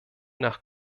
nach